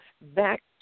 back